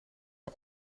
een